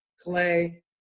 Clay